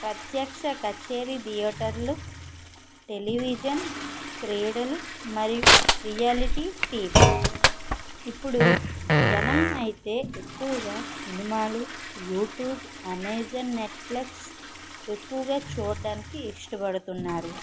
ప్రత్యక్ష కచేరి థియేటర్లు టెలివిజన్ క్రీడలు మరియు రియాలిటీ టీవీ ఇప్పుడు జనం అయితే ఎక్కువగా సినిమాలు యూట్యూబ్ అమెజాన్ నెట్ఫ్లెక్స్ ఎక్కువగా చూడడానికి ఇష్టపడుతున్నారు